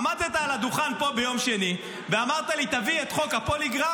עמדת על הדוכן פה ביום שני ואמרת לי: תביא את חוק הפוליגרף,